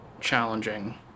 challenging